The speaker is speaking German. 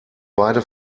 beide